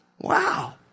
Wow